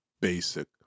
basic